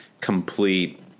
complete